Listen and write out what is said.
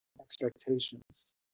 expectations